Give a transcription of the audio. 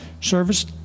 service